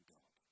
God